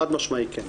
חד משמעית כן.